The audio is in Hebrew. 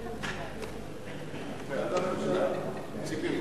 ההצעה להעביר את הצעת חוק דיני ממונות,